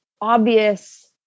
obvious